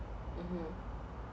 mmhmm